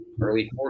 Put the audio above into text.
early